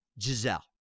Giselle